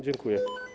Dziękuję.